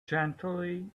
gently